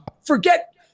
forget